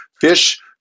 Fish